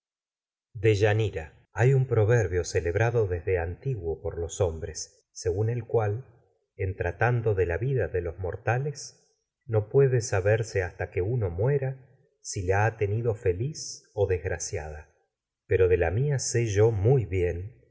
deyanira hay un proverbio celebrado desde en an tiguo vida por los hombres según el cual mortales ha no tratando de la uno de los si la puede o saberse hasta que muera tenido feliz desgraciada bajar y a pero de la de mía sé yo muy bien